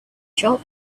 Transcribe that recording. shop